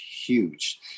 huge